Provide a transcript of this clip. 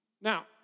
Now